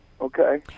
Okay